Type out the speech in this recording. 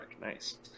nice